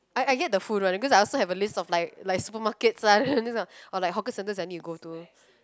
I I get the food one because I also have a list of like like supermarkets lah something or like hawker centers I need to go to